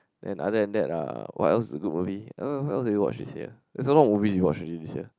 and other than that uh what else is a good movie I don't know what else did we watch this year there's a lot of movie we watched already this year